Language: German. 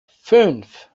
fünf